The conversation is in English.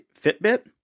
Fitbit